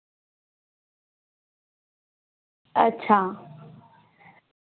अच्छा